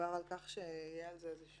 דובר על כך שיהיה דיון